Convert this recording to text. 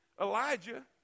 Elijah